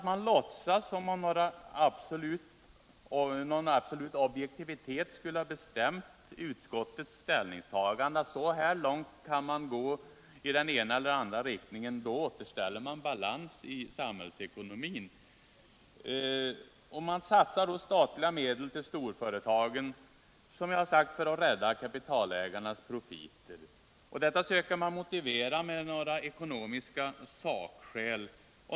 Man låtsas att någon absolut objektivitet skulle ha bestämt utskottets ställningstagande: så här långt kan man gå i den ena eller andra riktningen; då återställer man balansen i samhällsekonomin. Och så satsar man på statliga medel till storföretagen, som jag redan har sagt, för att rädda kapitalägarnas profiter. Detta söker man sedan motivera med några ekonomiska sakskäl.